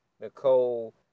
Nicole